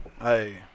Hey